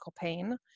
pain